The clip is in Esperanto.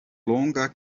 longa